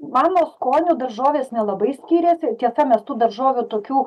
mano skonio daržovės nelabai skiriasi tiesa mes tų daržovių tokių